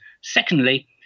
Secondly